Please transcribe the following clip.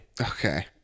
Okay